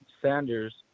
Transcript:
Sanders